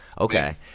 Okay